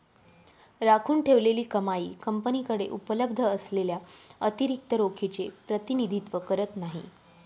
राखून ठेवलेली कमाई कंपनीकडे उपलब्ध असलेल्या अतिरिक्त रोखीचे प्रतिनिधित्व करत नाही